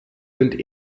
sind